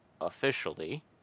officially